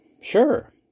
sure